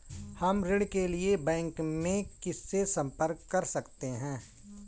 हम ऋण के लिए बैंक में किससे संपर्क कर सकते हैं?